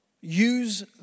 use